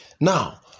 Now